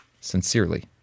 Sincerely